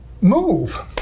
move